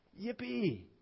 Yippee